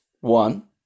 One